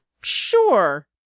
Sure